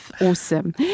awesome